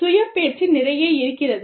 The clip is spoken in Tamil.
சுய பேச்சு நிறைய இருக்கிறது